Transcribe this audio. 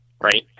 Right